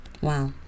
wow